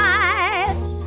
eyes